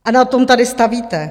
A na tom tady stavíte.